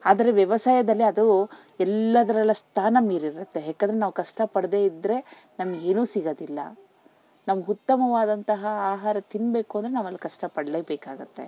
ಆದರೆ ವ್ಯವಸಾಯದಲ್ಲಿ ಅದು ಎಲ್ಲದ್ರಲ್ಲಿ ಸ್ಥಾನ ಮೀರಿರುತ್ತೆ ಯಾಕಂದರೆ ನಾವು ಕಷ್ಟಪಡದೆ ಇದ್ದರೆ ನಮಗೇನೂ ಸಿಗೋದಿಲ್ಲ ನಮ್ಗೆ ಉತ್ತಮವಾದಂತಹ ಆಹಾರ ತಿನ್ನಬೇಕು ಅಂದರೆ ನಾವು ಅಲ್ಲಿ ಕಷ್ಟಪಡಲೇಬೇಕಾಗತ್ತೆ